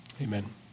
Amen